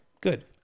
good